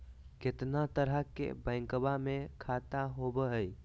कितना तरह के बैंकवा में खाता होव हई?